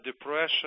depression